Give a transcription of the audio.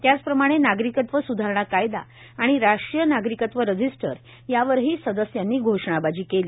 त्याचप्रमाणे नागरिकत्व सुधारणा कायदा आणि राष्ट्रीय नागरिकत्व रजिस्ट्रर यावरही सदस्यांनी घोषणाबाजी केली